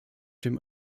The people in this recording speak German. dem